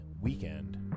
weekend